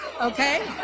Okay